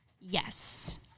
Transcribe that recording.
Yes